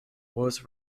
was